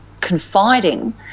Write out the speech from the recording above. confiding